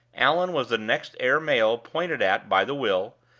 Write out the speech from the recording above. allan was the next heir male pointed at by the will,